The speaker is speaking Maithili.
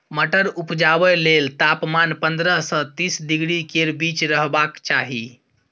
मटर उपजाबै लेल तापमान पंद्रह सँ तीस डिग्री केर बीच रहबाक चाही